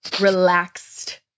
relaxed